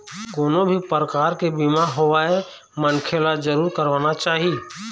कोनो भी परकार के बीमा होवय मनखे ल जरुर करवाना चाही